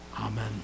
Amen